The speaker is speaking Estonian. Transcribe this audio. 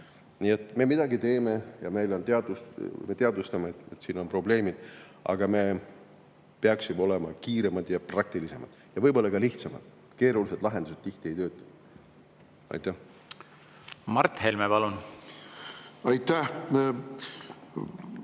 Nii et midagi me teeme ja me teadvustame, et on probleemid, aga me peaksime olema kiiremad, praktilisemad ja võib-olla ka lihtsamad. Keerulised lahendused tihti ei tööta. Mart Helme, palun! Mart